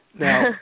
Now